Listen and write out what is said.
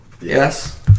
Yes